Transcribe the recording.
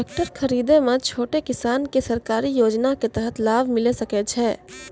Tractor खरीदै मे छोटो किसान के सरकारी योजना के तहत लाभ मिलै सकै छै?